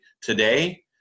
today